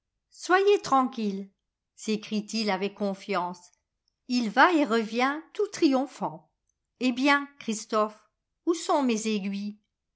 soyez tranquille sécrie t ilavec confiance ii va et revient tout triomphant eh bien i christophe où sont mes aiguilles